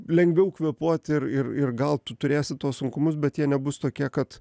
lengviau kvėpuoti ir ir ir gal tu turėsi tuos sunkumus bet jie nebus tokie kad